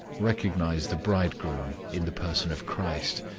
recognized the bridegroom in the person of christ,